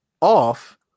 off